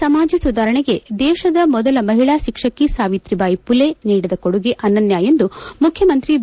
ಸಮಾಜ ಸುಧಾರಣೆಗೆ ದೇಶದ ಮೊದಲ ಮಹಿಳಾ ಶಿಕ್ಷಕಿ ಸಾವಿತಿಬಾಯಿ ಮಲೆ ನೀಡಿದ ಕೊಡುಗೆ ಅನನ್ಯ ಎಂದು ಮುಖ್ಯಮಂತ್ರಿ ಬಿ